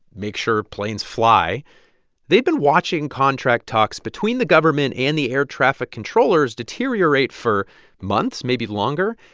make sure planes fly they'd been watching contract talks between the government and the air traffic controllers deteriorate for months, maybe longer.